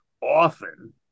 Often